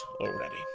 already